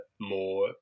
more